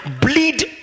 bleed